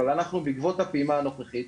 אבל אנחנו בעקבות הפעימה הנוכחית,